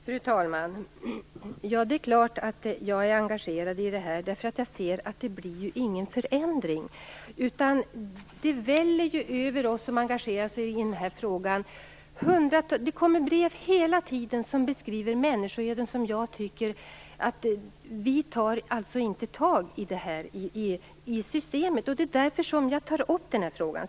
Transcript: Fru talman! Det är klart att jag är engagerad i det här. Jag ser ju att det inte blir någon förändring. Det väller brev över oss som engagerar oss i den här frågan. Det kommer hela tiden brev som beskriver människoöden, och jag tycker inte att vi tar tag i det här i systemet. Det är därför jag tar upp frågan.